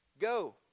Go